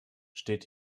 steht